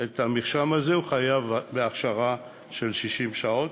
את המרשם הזה חייב בהכשרה של 60 שעות,